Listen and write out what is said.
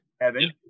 Evan